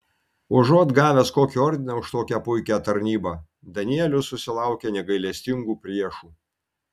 užuot gavęs kokį ordiną už tokią puikią tarnybą danielius susilaukia negailestingų priešų